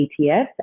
ETFs